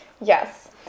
Yes